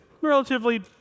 relatively